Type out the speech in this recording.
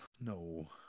No